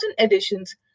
editions